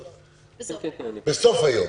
בסוף היום.